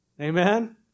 Amen